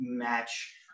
match